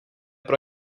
pro